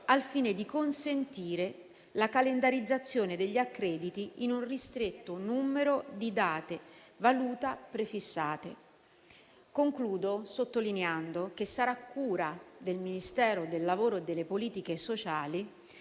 al fine di consentire la calendarizzazione degli accrediti in un ristretto numero di date valuta prefissate. Concludo sottolineando che sarà cura del Ministero del lavoro e delle politiche sociali